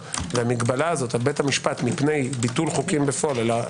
ומהגבלה של בית המשפט מפני ביטול חוקים בפועל אלא